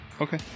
Okay